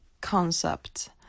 concept